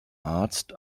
arzt